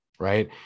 right